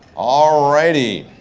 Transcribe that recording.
all righty.